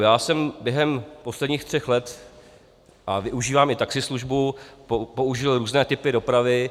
Já jsem během posledních tří let, a využívám i taxislužbu, použil různé typy dopravy.